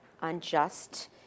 Unjust